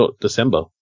December